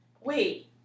Wait